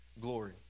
glory